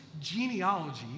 genealogy